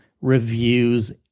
reviews